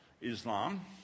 Islam